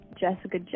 Jessica